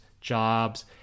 jobs